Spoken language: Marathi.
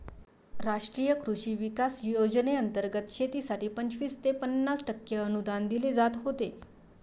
राष्ट्रीय कृषी विकास योजनेंतर्गत शेतीसाठी पंचवीस ते पन्नास टक्के अनुदान दिले जात होते